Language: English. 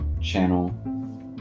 channel